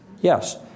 Yes